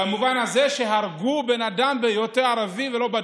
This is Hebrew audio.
במובן הזה שהרגו בן אדם ערבי ולא בדקו.